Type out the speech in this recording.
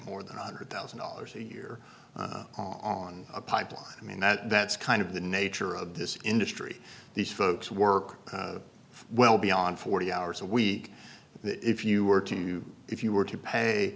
more than one hundred thousand dollars a year on a pipeline i mean that's kind of the nature of this industry these folks work well beyond forty hours a week if you were to if you were to pay